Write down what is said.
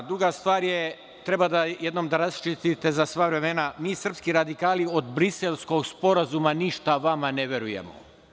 Druga stvar je, treba jednom da raščistite za sva vremena, mi, srpski radikali, od Briselskog sporazuma ništa vama ne verujemo.